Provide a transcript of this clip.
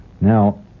Now